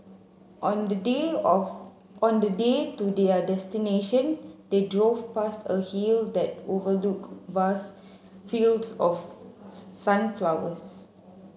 on the day of on the day to their destination they drove past a hill that overlooked vast fields of sunflowers